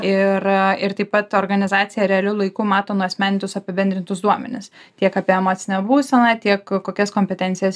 ir ir taip pat organizacija realiu laiku mato nuasmenintus apibendrintus duomenis tiek apie emocinę būseną tiek kokias kompetencijas